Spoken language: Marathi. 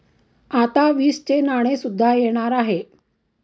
आता वीसचे नाणे सुद्धा येणार आहे